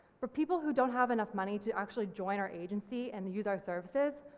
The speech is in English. for people who don't have enough money to actually join our agency and use our services,